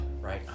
right